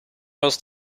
was